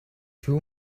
two